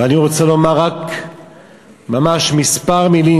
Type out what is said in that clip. ואני רוצה לומר ממש רק כמה מילים.